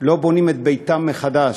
לא בונים את ביתם מחדש,